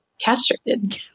Castrated